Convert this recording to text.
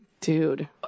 dude